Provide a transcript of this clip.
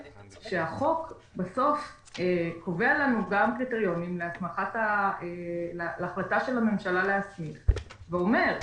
שהחוק בסוף קובע לנו גם קריטריונים להחלטה של הממשלה להסמיך ואומר,